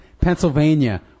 Pennsylvania